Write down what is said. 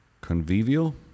convivial